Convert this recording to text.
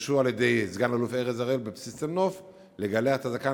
נדרשו על-ידי סגן-אלוף ארז הראל לגלח את הזקן,